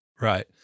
Right